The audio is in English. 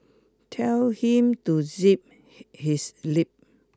tell him to zip his lip